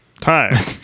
time